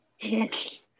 Yes